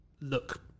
look